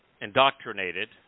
indoctrinated